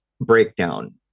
breakdown